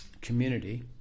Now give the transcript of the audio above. community